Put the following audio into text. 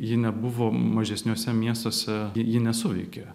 ji nebuvo mažesniuose miestuose ji nesuveikė